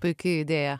puiki idėja